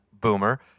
Boomer